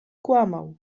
kłamał